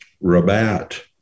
Rabat